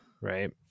right